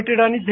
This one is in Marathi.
Ltd आणि Z